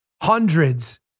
hundreds